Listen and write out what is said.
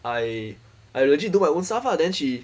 I I legit do my own stuff lah then she